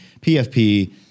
PFP